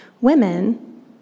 women